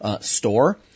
store